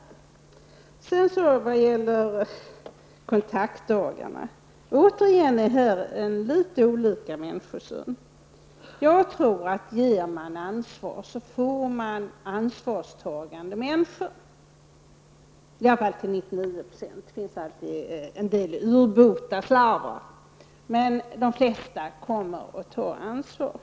Även i fråga om kontaktdagarna har vi något olika människosyn. Jag tror att om man ger ansvar, så får man ansvarstagande människor -- i varje fall till 99 %; det finns alltid en del urbota slarvrar, men de flesta kommer att ta ett ansvar.